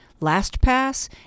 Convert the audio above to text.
LastPass